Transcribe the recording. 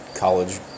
college